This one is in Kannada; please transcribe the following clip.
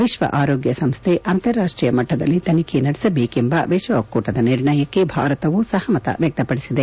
ವಿಶ್ವ ಆರೋಗ್ಯ ಸಂಸ್ಥೆ ಡಬ್ಲೂಎಚ್ಒ ಅಂತಾರಾಷ್ಷೀಯ ಮಟ್ಟದಲ್ಲಿ ತನಿಖೆ ನಡೆಸಬೇಕೆಂಬ ವಿಶ್ವ ಒಕ್ಟೂಟದ ನಿರ್ಣಯಕ್ಕೆ ಭಾರತವೂ ಸಹಮತ ವ್ಯಕ್ತಪಡಿಸಿದೆ